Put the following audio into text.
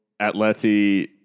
Atleti